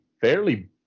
fairly